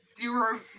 zero